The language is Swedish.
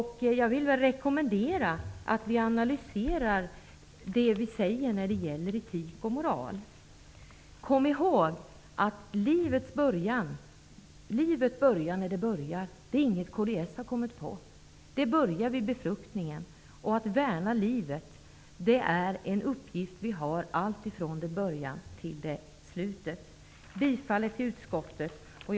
Jag vill rekommendera att vi analyserar det vi säger när det gäller etik och moral. Kom ihåg att livet börjar när det börjar. Det är inget kds har kommit på. Det börjar vid befruktningen. Att värna livet är en uppgift vi har, alltifrån dess början till slut. Jag yrkar bifall till utskottets hemställan.